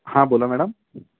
हां बोला मॅडम